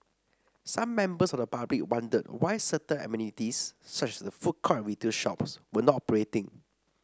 some members of the public wondered why certain amenities such as the food court and retail shops were not operating